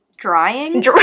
Drying